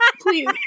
Please